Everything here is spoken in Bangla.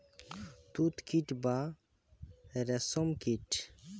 তুত কীট বা রেশ্ম কীট